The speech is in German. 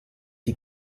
die